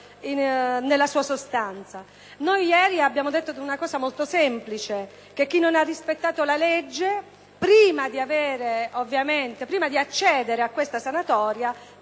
Ieri abbiamo detto una cosa molto semplice: chi non ha rispettato la legge, prima di accedere a questa sanatoria,